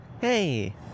Hey